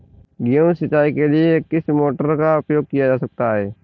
गेहूँ सिंचाई के लिए किस मोटर का उपयोग किया जा सकता है?